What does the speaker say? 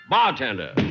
Bartender